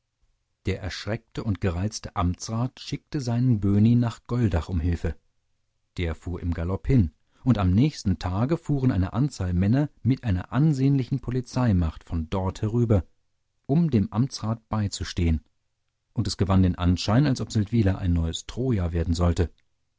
der erschreckte und gereizte amtsrat schickte seinen böhni nach goldach um hilfe der fuhr im galopp hin und am nächsten tage fuhren eine anzahl männer mit einer ansehnlichen polizeimacht von dort herüber um dem amtsrat beizustehen und es gewann den anschein als ob seldwyla ein neues troja werden sollte